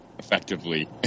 Effectively